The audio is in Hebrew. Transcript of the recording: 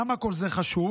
למה כל זה חשוב?